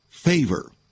Favor